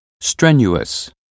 strenuous